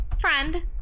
Friend